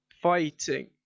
fighting